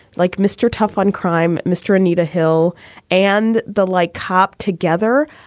like mr. tough-on-crime, mr. anita hill and the like, cop together,